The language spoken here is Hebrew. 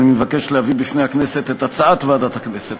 אני מבקש להביא בפני הכנסת את הצעת ועדת הכנסת